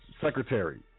secretary